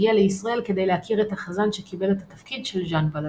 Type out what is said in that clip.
הגיע לישראל כדי להכיר את החזן שקיבל את התפקיד של ז'אן ולז'אן.